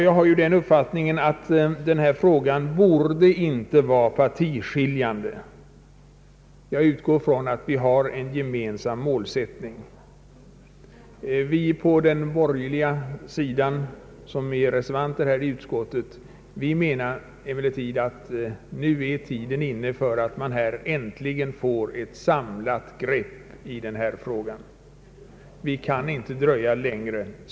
Jag hyser den uppfattningen att denna fråga inte borde vara partiskiljande och utgår från att vi har en gemensam målsättning. Vi på den borgerliga sidan som är reservanter i utskottet anser emellertid att tiden nu är inne för att äntligen få ett samlat grepp på denna fråga. Vi kan inte dröja längre.